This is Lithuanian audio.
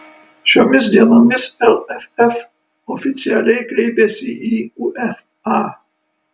šiomis dienomis lff oficialiai kreipėsi į uefa